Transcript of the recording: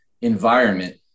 environment